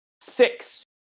six